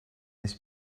this